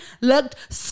looked